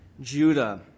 Judah